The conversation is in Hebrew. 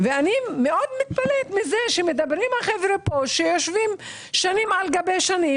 אני מאוד מתפלאת על כך שמדברים כאן החברים שיושבים שנים על גבי שנים